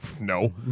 No